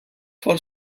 for